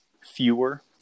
fewer